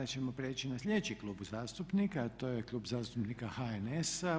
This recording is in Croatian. Sada ćemo prijeći na sljedeći klub zastupnika, a to je Klub zastupnika HNS-a.